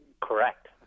Correct